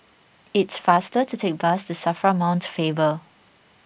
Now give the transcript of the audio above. it's faster to take the bus to Safra Mount Faber